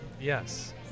Yes